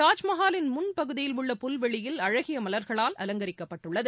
தாஜ்மஹாலின் முன் பகுதியில் உள்ள புல்வெளியில் அழகிய மல்களால் அலங்கரிக்கப்பட்டுள்ளது